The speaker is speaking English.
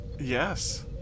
Yes